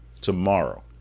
tomorrow